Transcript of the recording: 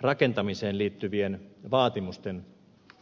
rakentamiseen liittyvien vaatimusten